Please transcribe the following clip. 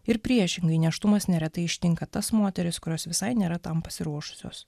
ir priešingai nėštumas neretai ištinka tas moteris kurios visai nėra tam pasiruošusios